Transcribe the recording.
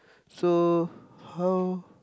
so how